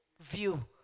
view